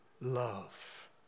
love